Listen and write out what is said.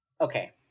Okay